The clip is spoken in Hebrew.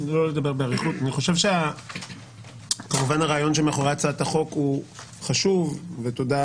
אני חושב שכמובן הרעיון שמאחורי הצעת החוק הוא חשוב ותודה